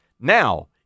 Now